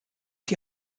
die